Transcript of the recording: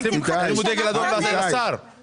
אתם מרימים דגל אדום כל פעם שמגישים תקציב חצי שנה קודם?